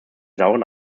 sauren